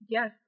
Yes